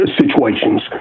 situations